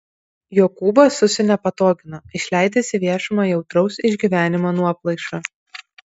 jokūbas susinepatogino išleidęs į viešumą jautraus išgyvenimo nuoplaišą